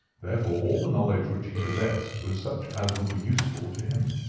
therefore all the knowledge which he possessed was such as would be useful to him.